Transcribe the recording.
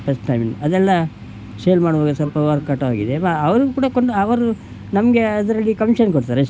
ಅದೆಲ್ಲ ಸೇಲ್ ಮಾಡುವಾಗ ಸ್ವಲ್ಪ ವರ್ಕ್ಔಟಾಗಿದೆ ಅವರು ಕೂಡ ಕೊಂಡು ಅವರು ನಮಗೆ ಅದರಲ್ಲಿ ಕಮಿಷನ್ ಕೊಡ್ತಾರೆ ಅಷ್ಟೇ